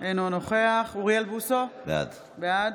אינו נוכח אוריאל בוסו, בעד